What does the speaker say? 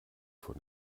von